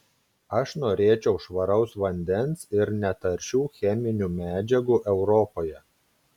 aš norėčiau švaraus vandens ir netaršių cheminių medžiagų europoje